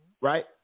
right